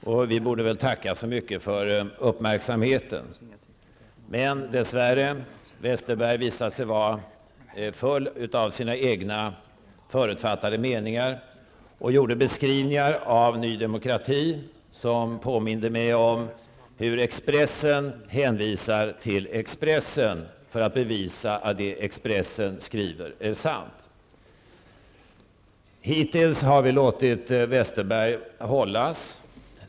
Och vi borde väl tacka så mycket för uppmärksamheten. Men dess värre visade sig Bengt Westerberg vara full av sina egna förutfattade meningar och gjorde beskrivningar av ny demokrati som påminde mig om hur Expressen hänvisar till Expressen för att bevisa att det som Expressen skriver är sant. Hittills har vi låtit Bengt Westerberg hållas.